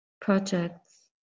projects